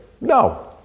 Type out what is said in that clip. No